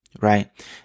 right